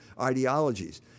ideologies